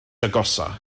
agosaf